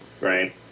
right